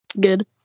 Good